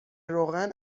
روغن